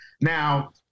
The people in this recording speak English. Now